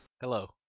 Hello